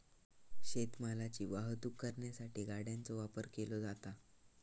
शेत मालाची वाहतूक करण्यासाठी गाड्यांचो वापर केलो जाता